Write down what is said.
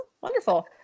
wonderful